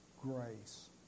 grace